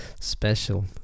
special